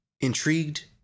intrigued